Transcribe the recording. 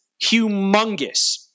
humongous